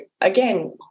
again